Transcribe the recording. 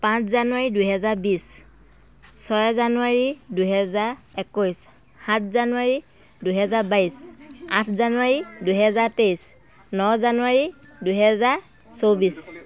পাঁচ জানুৱাৰী দুহেজাৰ বিছ ছয় জানুৱাৰী দুহেজাৰ একৈছ সাত জানুৱাৰী দুহেজাৰ বাইছ আঠ জানুৱাৰী দুহেজাৰ তেইছ ন জানুৱাৰী দুহেজাৰ চৌব্বিছ